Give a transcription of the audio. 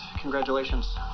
congratulations